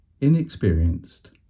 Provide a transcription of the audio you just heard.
inexperienced